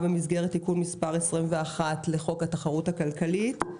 במסגרת תיקון מספר 21 לחוק התחרות הכלכלית,